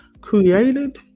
created